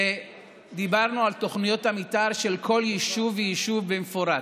ודיברנו על תוכניות המתאר של כל יישוב ויישוב במפורט.